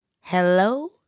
Hello